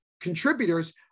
contributors